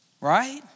Right